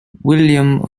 william